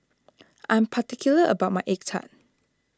I am particular about my Egg Tart